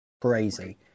crazy